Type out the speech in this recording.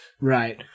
right